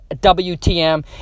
W-T-M